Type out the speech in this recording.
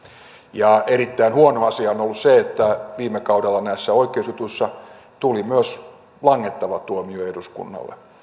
ja erittäin huono asia on ollut se että viime kaudella näissä oikeusjutuissa tuli myös langettava tuomio eduskunnalle